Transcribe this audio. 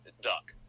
duck